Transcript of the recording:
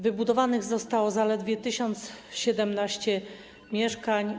Wybudowanych zostało zaledwie 1017 mieszkań.